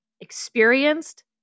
experienced